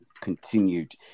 continued